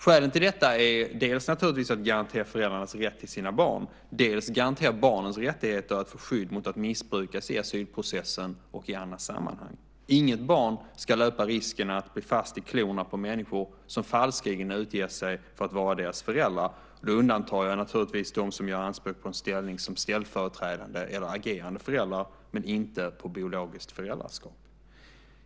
Skälen till detta är naturligtvis att dels garantera föräldrarnas rätt till sina barn, dels garantera barnens rättigheter att få skydd mot att missbrukas i asylprocessen och i andra sammanhang. Inget barn ska löpa risken att bli fast i klorna på människor som falskeligen utger sig för att vara deras förälder. Då undantar jag naturligtvis dem som gör anspråk på en ställning som ställföreträdande eller agerande föräldrar men inte på biologiskt föräldraskap.